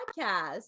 podcast